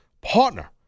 partner